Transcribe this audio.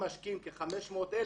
אם משקיעים כ-500,000,